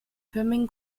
förmigen